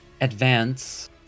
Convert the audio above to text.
advance